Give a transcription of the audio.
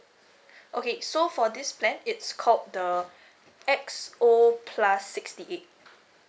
okay so for this plan it's called the X_O plus sixty eight